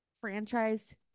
franchise